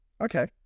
Okay